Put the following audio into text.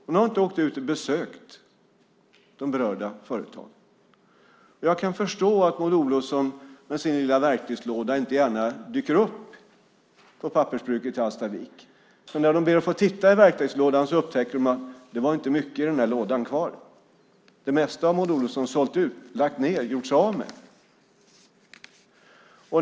Hon har inte åkt ut och besökt de berörda företagen. Jag kan förstå att Maud Olofsson med sin lilla verktygslåda inte gärna dyker upp på pappersbruket i Hallstavik. När de väl har fått titta i verktygslådan upptäcker de att det inte var mycket kvar i den lådan. Det mesta har Maud Olofsson sålt ut, lagt ned och gjort sig av med.